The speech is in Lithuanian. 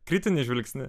kritinį žvilgsnį